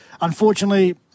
unfortunately